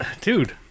Dude